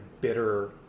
bitter